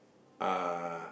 uh